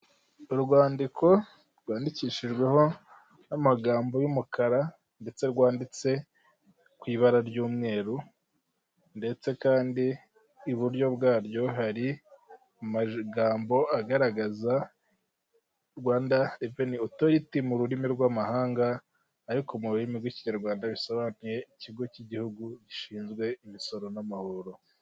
Urwandiko rwandikishijweho n'amagambo y'umukara, ndetse rwanditse ku ibara ry'umweru, ndetse kandi iburyo bwaryo hari amagambo agaragaza Rwanda Reveni Otoriti, mu rurimi rw'amahanga, ariko mu rurimi rw'Ikinyanrwanda bisobanuye ikigo cy'igihugu gishinzwe imisoro n'amahoro.